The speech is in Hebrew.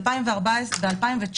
ב-2019,